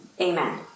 Amen